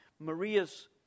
Maria's